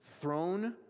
throne